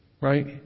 Right